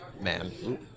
man